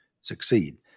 succeed